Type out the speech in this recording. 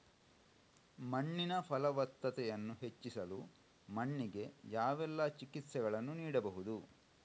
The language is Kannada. ಮಣ್ಣಿನ ಫಲವತ್ತತೆಯನ್ನು ಹೆಚ್ಚಿಸಲು ಮಣ್ಣಿಗೆ ಯಾವೆಲ್ಲಾ ಚಿಕಿತ್ಸೆಗಳನ್ನು ನೀಡಬಹುದು?